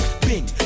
bing